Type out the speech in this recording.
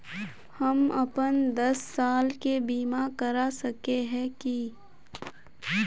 हम अपन दस साल के बीमा करा सके है की?